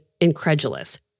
incredulous